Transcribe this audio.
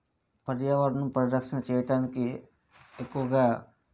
పర్యావరణ పరిరక్షణ చేయటానికి ఎక్కువగా